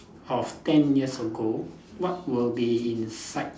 of ten years ago what will be inside